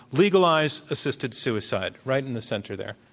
legalize assisted suicide. right in the center there.